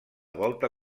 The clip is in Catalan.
volta